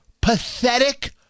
pathetic